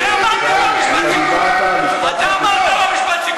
אתה אמרת לו: משפט סיכום.